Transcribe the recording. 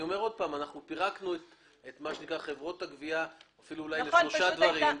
אני אומר שוב: פירקנו את חברות הגבייה אפילו אולי לשלושה דברים.